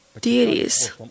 deities